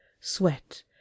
sweat